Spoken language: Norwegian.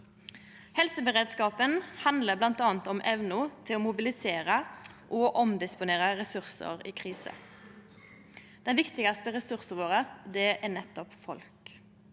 Helseberedskapen handlar bl.a. om evna til å mobilisere og omdisponere ressursar i kriser. Den viktigaste ressursen vår er folk.